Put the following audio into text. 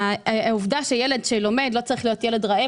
ילד שלומד לא צריך להיות רעב,